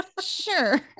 sure